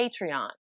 Patreon